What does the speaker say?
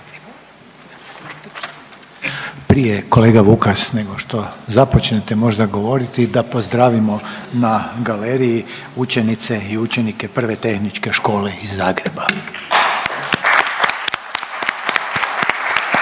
Prije, kolega Vukas nego što započnete možda govoriti, da pozdravimo na galeriji učenice i učenike Prve tehničke škole iz Zagreba.